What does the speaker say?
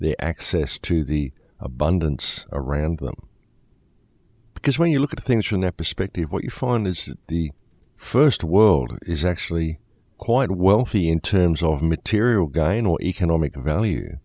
the access to the abundance around them because when you look at things from that perspective what you find is the first world is actually quite wealthy in terms of material gyno economic value